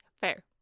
Fair